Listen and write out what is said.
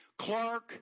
Clark